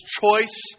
choice